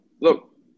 Look